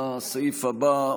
לסעיף הבא.